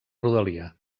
rodalia